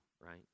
right